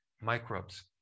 microbes